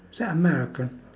is that american